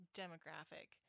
demographic